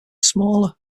smaller